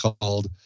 called